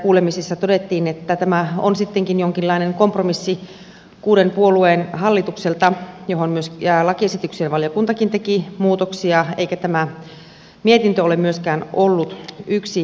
asiantuntijakuulemisissakin todettiin että tämä on sittenkin jonkinlainen kompromissi kuuden puolueen hallitukselta johon lakiesitykseen valiokuntakin teki muutoksia eikä tämä mietintö ole myöskään ollut yksimielinen